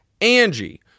Angie